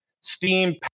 steam